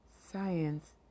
science